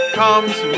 comes